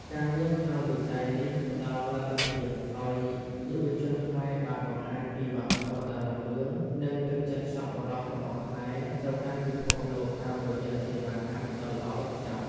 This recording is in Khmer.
ការងារក្នុងវិស័យនេះផ្តល់លទ្ធភាពឱ្យយុវជនខ្មែរបានបង្ហាញពីវប្បធម៌ដ៏រុងរឿង និងទឹកចិត្តសប្បុរសរបស់ខ្មែរទៅកាន់ពិភពលោកតាមរយៈសេវាកម្មដ៏ល្អឥតខ្ចោះ។